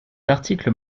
article